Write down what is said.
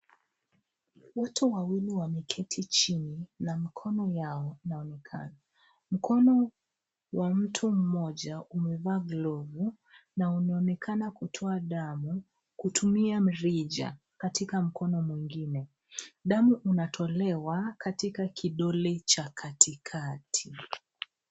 Watu wawili wameketi chini na mkono yao inaonekana. Mkono wa mtu mmoja umevaa glovu na unaonekana kutoa damu kutumia mrija katika mkono mwingine. Damu unatolewa katika kidole cha katikati.